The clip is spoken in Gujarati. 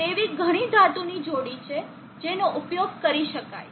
તેવી ઘણી ધાતુની જોડી છે જેનો ઉપયોગ કરી શકાય છે